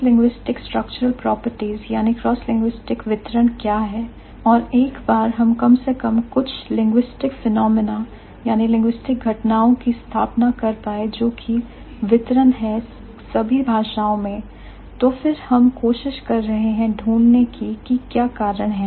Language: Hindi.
Crosslinguistic structural properties cross linguistic वितरण क्या हैं और एक बार हम कम से कम कुछ linguistic phenomenon लिंग्विस्टिक घटनाओं की स्थापना कर पाए जो की वितरित है सभी भाषाओं में तो फिर हम कोशिश कर रहे हैं ढूंढने की कि क्या कारण है